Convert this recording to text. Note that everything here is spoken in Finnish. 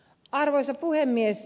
arvoisa puhemies